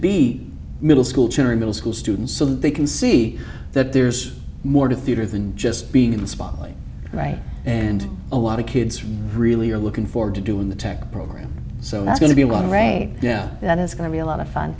be middle school children middle school students so they can see that there's more to theater than just being in the spotlight right now and a lot of kids really are looking forward to doing the tech program so that's going to be a lot of rain yeah that is going to be a lot of fun